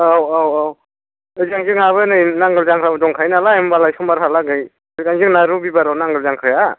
औ औ औ ओजों जोंहाबो नै नांगाल जांख्राबो दंखायो नालाय होम्बालाय समबारहालागै सिगां जोंना रबिबाराव नांगोल जांख्राया